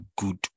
good